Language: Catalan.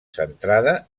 centrada